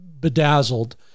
bedazzled